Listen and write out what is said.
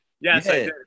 Yes